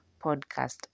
podcast